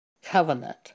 covenant